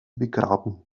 begraben